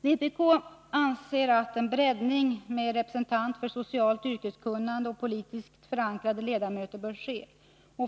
Beträffande nämndernas sammansättning anser vpk att en breddning bör ske med representanter för socialt yrkeskunnande samt politiskt förankrade ledamöter.